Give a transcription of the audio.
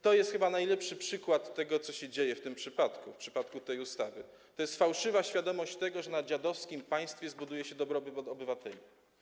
To jest chyba najlepszy przykład tego, co się dzieje w tym przypadku, w przypadku tej ustawy - to jest fałszywa świadomość tego, że na dziadowskim państwie zbuduje się dobrobyt obywateli.